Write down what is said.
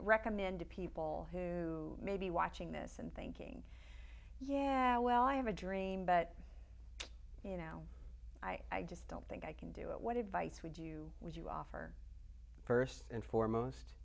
recommend to people who may be watching this and thinking yeah well i have a dream but you know i just don't think i can do it what advice would you would you offer first and foremost